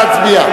נא להצביע.